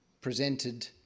presented